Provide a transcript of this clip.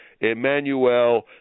Emmanuel